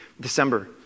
December